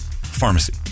pharmacy